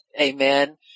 Amen